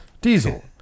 Diesel